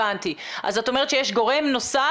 הבנתי, אז את אומרת שיש גורם נוסף.